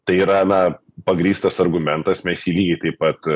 tai yra na pagrįstas argumentas mes jį lygiai taip pat